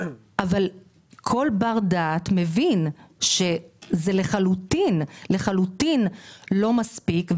אבל כל בר דעת מבין שזה לחלוטין לא מספיק,